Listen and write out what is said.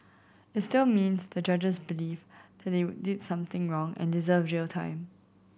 it still means the judges believe that they did something wrong and deserve jail time